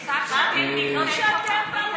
טוב שאתם, על מה אתה מדבר?